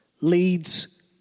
leads